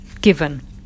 given